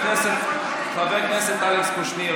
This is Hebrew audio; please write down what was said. חבר הכנסת אלכס קושניר,